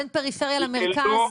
בין פריפריה למרכז?